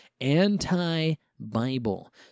anti-Bible